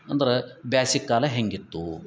ಅಂದರೆ ಬ್ಯಾಸಿಗ್ ಕಾಲ ಹೇಗಿತ್ತು